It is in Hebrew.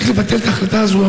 צריך לבטל את ההחלטה הזאת,